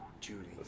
Judy